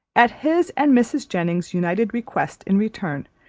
at his and mrs. jennings's united request in return,